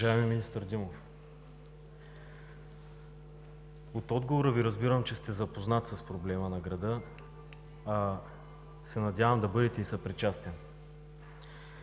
Уважаеми министър Димов, от отговора Ви разбирам, че сте запознат с проблема на града, надявам се да бъдете и съпричастен.